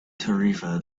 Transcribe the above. tarifa